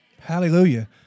Hallelujah